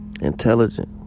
intelligent